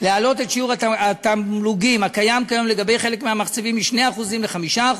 להעלות את שיעור התמלוגים הקיים כיום לגבי חלק מהמחצבים מ-2% ל-5%.